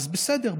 אז בסדר.